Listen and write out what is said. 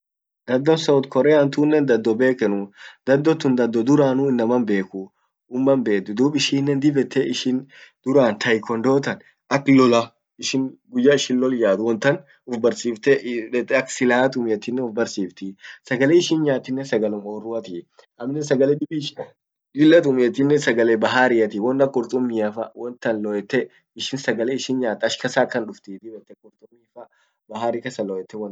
Dhadho South Korea tunnen, dhado bekenuu, dhado tun dhado duranuu inaman bekenuu, umman beduu. Dub ishinen dib ete ishin duran taekwondo ak lolla, ishin guyya ishin loll yaat wontan uf barsifte dette ak silaha tumiete ufbarsiftii. Sagale ishin nyaatinen sagale orru atii. amminen sagale dibi ishian lilla tumietinen sagale bahariati, won ak qurtummiafa lowette ,sagale ishin nyaat ash kasa akan duftii. bahari kasa lowette won tan nyaati.